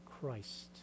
Christ